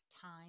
time